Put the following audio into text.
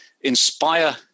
Inspire